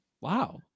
Wow